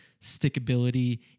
Stickability